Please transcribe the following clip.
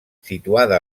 situada